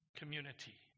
community